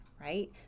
right